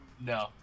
No